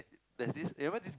there's this eh remember this